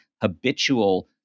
habitual